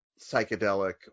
psychedelic